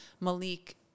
Malik